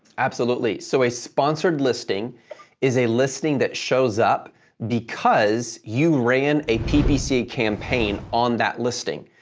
absolutely. so, a sponsored listing is a listing that shows up because you ran a ppc campaign on that listing.